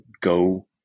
go